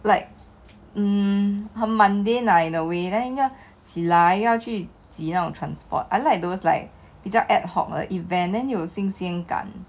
like hmm 很 mundane lah in a way then 你要起来要去挤那种 transport I like those like 比较 ad-hoc event then 会有新鲜感